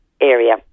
area